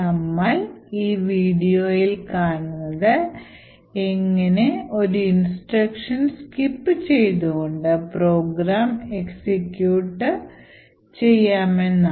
നമ്മൾ ഈ വീഡിയോയിൽ കാണുന്നത് എങ്ങനെ ഒരു ഇൻസ്ട്രക്ഷൻ സ്കിപ്പ് ചെയ്തുകൊണ്ട് പ്രോഗ്രാം എക്സിക്യൂട്ട് ചെയ്യാമെന്നാണ്